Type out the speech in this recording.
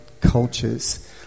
cultures